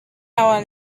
our